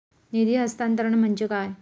निधी हस्तांतरण म्हणजे काय?